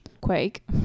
Quake